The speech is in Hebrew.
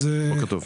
בוקר טוב.